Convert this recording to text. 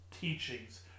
teachings